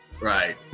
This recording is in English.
right